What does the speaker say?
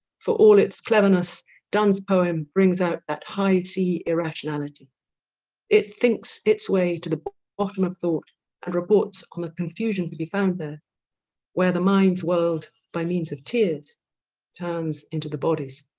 for all its cleverness donne's poem brings out that high sea irrationality it thinks its way to the bottom of thought and reports on the confusion to be found there where the mind's world by means of tears turns into the bodies